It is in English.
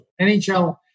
NHL